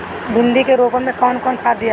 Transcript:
भिंदी के रोपन मे कौन खाद दियाला?